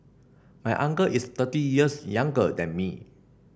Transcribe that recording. my uncle is thirty years younger than me